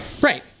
Right